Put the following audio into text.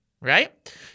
right